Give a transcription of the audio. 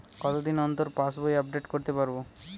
কতদিন অন্তর পাশবই আপডেট করতে পারব?